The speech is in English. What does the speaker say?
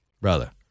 Brother